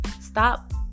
stop